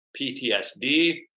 PTSD